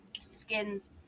skin's